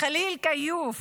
ח'ליל כיוף